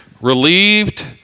relieved